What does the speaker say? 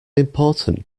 important